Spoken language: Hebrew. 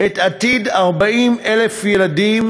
את עתיד 40,000 הילדים.